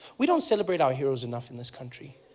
we don't celebrate our heroes enough in this country